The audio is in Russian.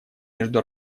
между